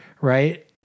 right